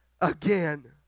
again